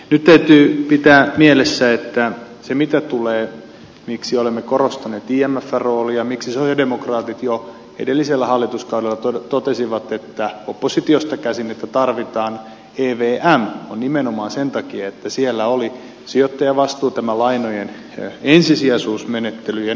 nyt täytyy pitää mielessä että se miksi olemme korostaneet imfn roolia miksi sosialidemokraatit jo edellisellä hallituskaudella totesivat oppositiosta käsin että tarvitaan evm on nimenomaan sen takia että siellä oli sijoittajavastuu tämä lainojen ensisijaisuusmenettely ja ne ovat mitä tarvitaan